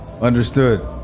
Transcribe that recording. Understood